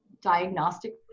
Diagnostic